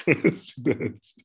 president